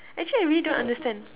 actually I really don't understand